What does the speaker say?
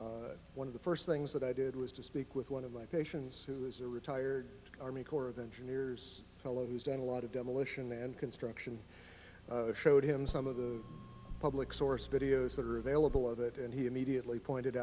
spontaneous one of the first things that i did was to speak with one of my patients who is a retired army corps of engineers fellow who's done a lot of demolition and construction showed him some of the public source videos that are available of it and he immediately pointed